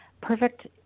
perfect